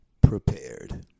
prepared